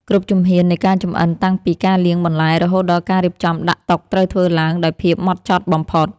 គ្រប់ជំហាននៃការចម្អិនតាំងពីការលាងបន្លែរហូតដល់ការរៀបចំដាក់តុត្រូវធ្វើឡើងដោយភាពហ្មត់ចត់បំផុត។